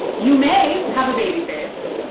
you may have a baby face,